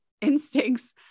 instincts